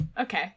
Okay